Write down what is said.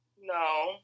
no